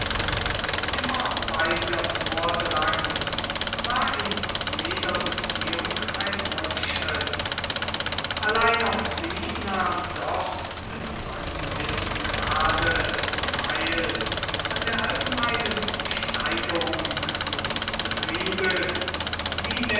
immer weiter vordrang war in jeder beziehung ein rückschritt allein auch sie nahm doch bis zu einem gewissen grade teil an der allgemeinen steigerung des betriebes wie